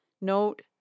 Note